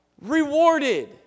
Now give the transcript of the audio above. Rewarded